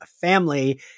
family